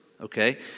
okay